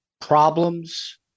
problems